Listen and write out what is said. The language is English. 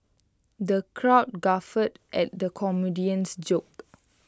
the crowd guffawed at the comedian's jokes